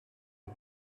rue